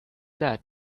that